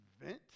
event